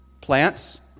Plants